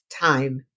time